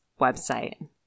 website